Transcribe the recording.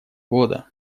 года